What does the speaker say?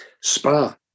Spa